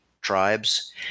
tribes